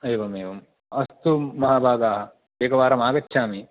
एवमेवम् अस्तु महाभागाः एकवारम् आगच्छामि